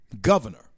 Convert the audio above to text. governor